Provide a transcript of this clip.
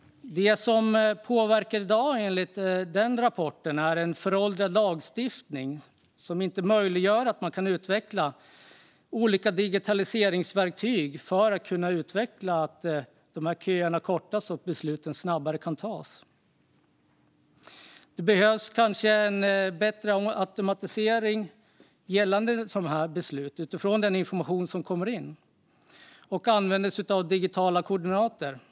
Det som påverkar i dag, enligt rapporten, är en föråldrad lagstiftning som inte möjliggör att man kan utveckla olika digitaliseringsverktyg så att köerna kan kortas och beslut tas snabbare. Det behövs kanske en bättre automatisering gällande sådana beslut utifrån den information som kommer in och att digitala koordinater används.